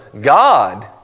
God